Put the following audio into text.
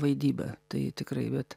vaidybą tai tikrai bet